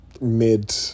mid